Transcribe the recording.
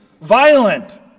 violent